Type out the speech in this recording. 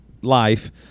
life